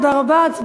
תודה רבה.